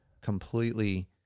completely